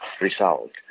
result